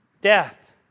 death